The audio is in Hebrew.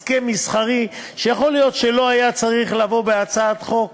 הסכם מסחרי שיכול להיות שלא היה צריך לבוא בהצעת חוק,